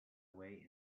way